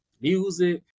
music